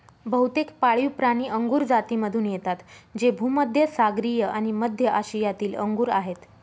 बहुतेक पाळीवप्राणी अंगुर जातीमधून येतात जे भूमध्य सागरीय आणि मध्य आशियातील अंगूर आहेत